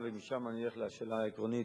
ומשם אני אלך לשאלה העקרונית,